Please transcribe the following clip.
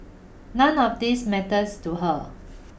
none of these matters to her